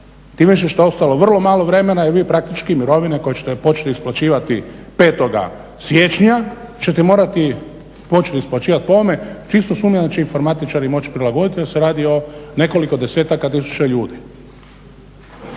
tim više što je ostalo vrlo malo vremena jer vi praktički mirovine koje ćete početi isplaćivati 5. siječnja ćete morati počet isplaćivat po ovome. Čisto sumnjam da će informatičari moći prilagodit jer se radi o nekoliko desetaka tisuća ljudi.